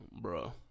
Bro